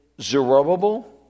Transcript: Zerubbabel